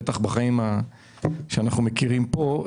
בטח בחיים שאנחנו מכירים פה,